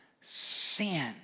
sin